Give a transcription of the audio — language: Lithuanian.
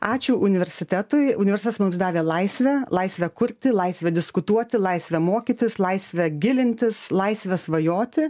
ačiū universitetui universitetas mums davė laisvę laisvę kurti laisvę diskutuoti laisvę mokytis laisvę gilintis laisvę svajoti